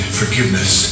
forgiveness